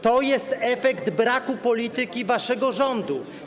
To jest efekt braku polityki waszego rządu.